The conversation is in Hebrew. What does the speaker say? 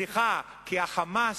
כי ה"חמאס"